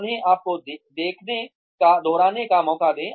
उन्हें आपको देखने का दोहराने का मौका दें